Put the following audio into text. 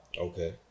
Okay